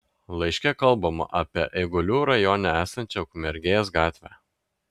laiške kalbama apie eigulių rajone esančią ukmergės gatvę